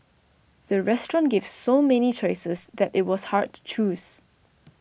the restaurant gave so many choices that it was hard to choose